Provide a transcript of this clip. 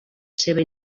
seva